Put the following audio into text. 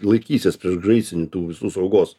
laikysies priešgaisrinių tų visų saugos